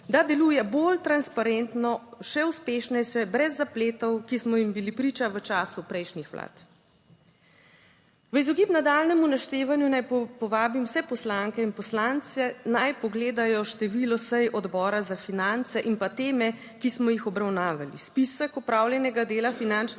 da deluje bolj transparentno, še uspešnejše, brez zapletov, ki smo jim bili priča v času prejšnjih vlad. **14. TRAK: (SC) – 10.05** (nadaljevanje) V izogib nadaljnjemu naštevanju naj povabim vse poslanke in poslance, naj pogledajo število sej Odbora za finance in pa teme, ki smo jih obravnavali. Spisek opravljenega dela finančnega